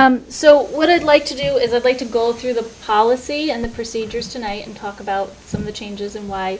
good so what i'd like to do is a way to go through the policy and the procedures tonight and talk about some of the changes and why